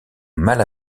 mal